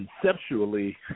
conceptually